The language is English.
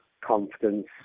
confidence